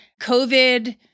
COVID